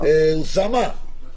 בסעיף 8(א)(12)